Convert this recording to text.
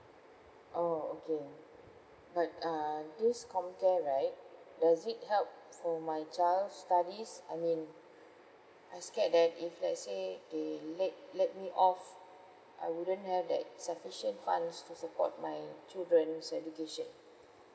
oh okay but uh this comcare right does it help for my child studies I mean I scared that if let's say they let let me off I wouldn't have that sufficient funds to support my children's education